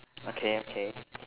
okay okay